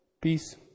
peace